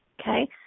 Okay